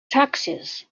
taxes